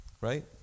right